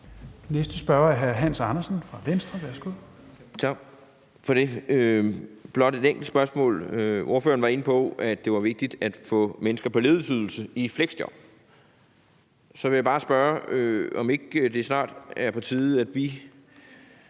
Værsgo. Kl. 16:36 Hans Andersen (V): Tak for det. Jeg har blot et enkelt spørgsmål: Ordføreren var inde på, at det var vigtigt at få mennesker på ledighedsydelse i fleksjob. Så vil jeg bare spørge, om ikke det snart er på tide, at vi